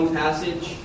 passage